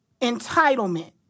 entitlement